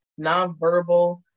nonverbal